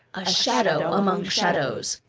a shadow among shadows.